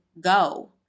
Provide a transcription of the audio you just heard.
go